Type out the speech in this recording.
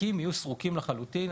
התיקים יהיו סרוקים לחלוטין.